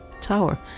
tower